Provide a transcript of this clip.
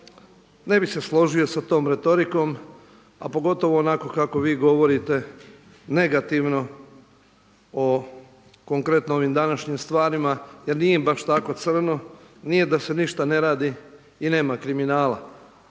ne bih se složio sa tom retorikom a pogotovo onako kako vi govorite negativno o konkretno ovim današnjim stvarima jer nije baš tako crno, nije da se ništa ne radi i nema kriminala.